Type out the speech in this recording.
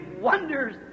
wonders